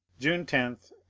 june ten,